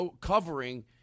covering-